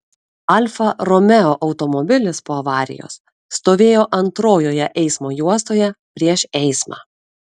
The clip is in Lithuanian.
alfa romeo automobilis po avarijos stovėjo antrojoje eismo juostoje prieš eismą